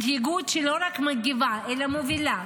מנהיגות שלא רק מגיבה אלא מובילה,